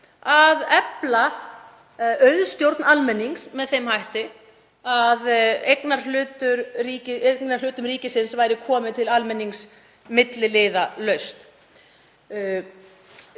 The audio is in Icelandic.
að efla auðstjórn almennings með þeim hætti að eignarhlutum ríkisins væri komið til almennings milliliðalaust.